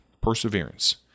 Perseverance